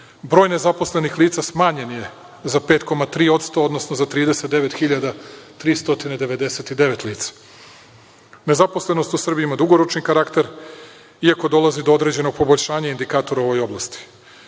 broj nezaposlenih lica smanjen je za 5,3% odnosno za 39.399 lica. Nezaposlenost u Srbiji ima dugoročni karakter, iako dolazi do određenog poboljšanja indikatora u ovoj oblasti.